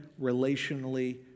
relationally